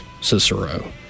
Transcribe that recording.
Cicero